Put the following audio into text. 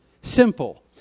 Simple